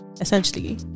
Essentially